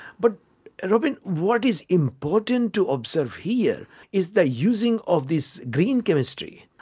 but robyn, what is important to observe here is the using of this green chemistry.